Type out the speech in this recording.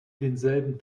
denselben